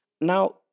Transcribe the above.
Now